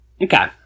Okay